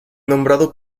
nombrado